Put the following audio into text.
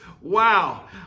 Wow